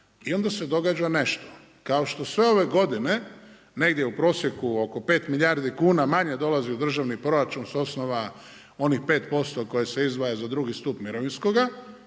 i onda se događa nešto kao što sve ove godine negdje u prosjeku oko 5 milijardi kuna manje dolazi u državni proračun s osnova onih 5% koje se izdvaja za drugi stup mirovinskoga